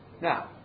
Now